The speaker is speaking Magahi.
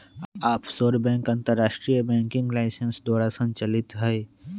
आफशोर बैंक अंतरराष्ट्रीय बैंकिंग लाइसेंस द्वारा संचालित हइ